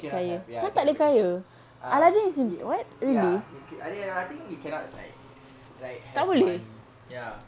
okay lah have ya it ya you can I think think you cannot like like have money ya